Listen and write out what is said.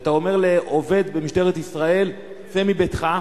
שאתה אומר לעובד במשטרת ישראל: צא מביתך,